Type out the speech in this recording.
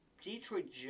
Detroit